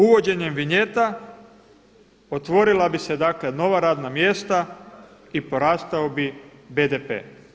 Uvođenjem vinjeta otvorila bi se dakle nova radna mjesta i porastao bi BDP.